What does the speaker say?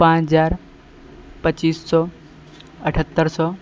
पाँच हजार पचीस सए अठतर सए